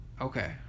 Okay